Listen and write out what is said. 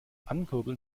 ankurbeln